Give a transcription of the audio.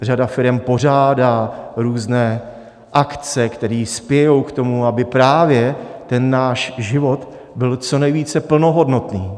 Řada firem pořádá různé akce, které spějí k tomu, aby právě náš život byl co nejvíce plnohodnotný.